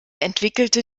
entwickelte